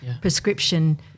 prescription